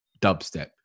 dubstep